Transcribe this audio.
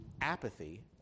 apathy